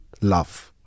love